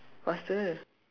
faster